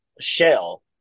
shell